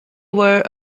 were